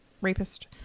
rapist